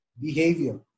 behavior